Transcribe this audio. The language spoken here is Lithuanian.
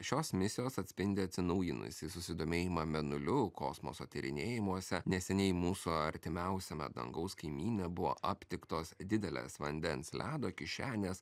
šios misijos atspindi atsinaujinusį susidomėjimą mėnuliu kosmoso tyrinėjimuose neseniai mūsų artimiausiame dangaus kaimyne buvo aptiktos didelės vandens ledo kišenės